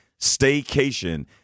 staycation